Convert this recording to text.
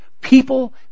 people